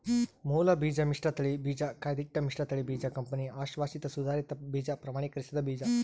ಮೂಲಬೀಜ ಮಿಶ್ರತಳಿ ಬೀಜ ಕಾಯ್ದಿಟ್ಟ ಮಿಶ್ರತಳಿ ಬೀಜ ಕಂಪನಿ ಅಶ್ವಾಸಿತ ಸುಧಾರಿತ ಬೀಜ ಪ್ರಮಾಣೀಕರಿಸಿದ ಬೀಜ